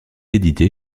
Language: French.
éditée